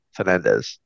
Fernandez